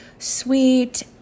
sweet